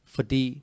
Fordi